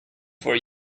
for